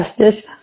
Justice